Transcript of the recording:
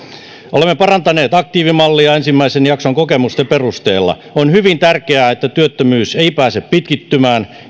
olemme parantaneet aktiivimallia ensimmäisen jakson kokemusten perusteella on hyvin tärkeää että työttömyys ei pääse pitkittymään